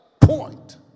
point